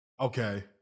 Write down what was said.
Okay